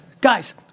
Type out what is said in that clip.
guys